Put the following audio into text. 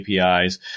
APIs